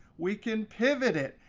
we can pivot it.